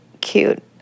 cute